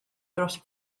dros